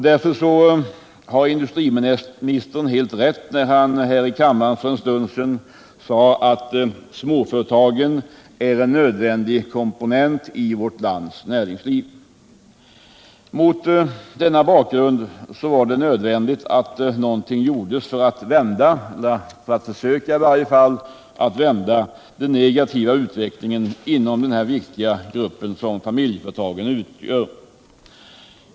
Därför hade industriministern alldeles rätt, när han här i kammaren för en stund sedan sade att småföretagen är en nödvändig komponent i vårt lands näringsliv. Mot denna bakgrund var det erforderligt att något gjordes för att vända — eller i varje fall för att försöka vända — den negativa utvecklingen inom den viktiga grupp som familjeföretagen utgör.